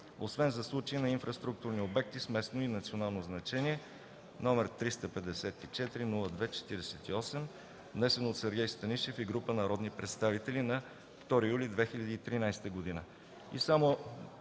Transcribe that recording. освен за случаи на инфраструктурни обекти с местно и национално значение, № 354-02-48, внесен от Сергей Станишев и група народни представители на 2 юли 2013 г.”